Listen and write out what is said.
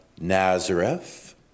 Nazareth